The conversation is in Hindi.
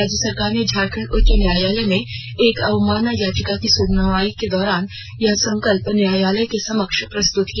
राज्य सरकार ने झारखंड उच्च न्यायालय में एक अवमानना यचिका की सुनवाई के दौरान यह संकल्प न्यायालय के समक्ष प्रस्तुत किया